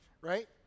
Right